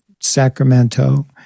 Sacramento